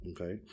okay